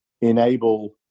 enable